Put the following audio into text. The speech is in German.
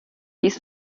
dies